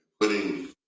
Putting